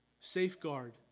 safeguard